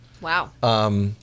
Wow